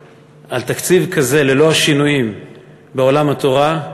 על תקציב כזה, ללא השינויים בעולם התורה,